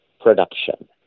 production